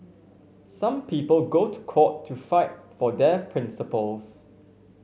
some people go to court to fight for their principles